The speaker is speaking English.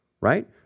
right